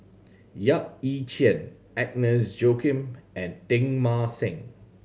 Yap Ee Chian Agnes Joaquim and Teng Mah Seng